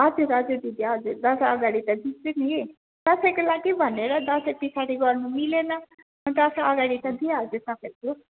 हजुर हजुर दिदी हजुर दसैँ अगाडि त दिन्छु नि दसैँको लागि भनेर दसैँ पिछाडि गर्नु मिलेन दशैँ अगाडि त दिइहाल्छु तपाईँको